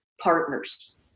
partners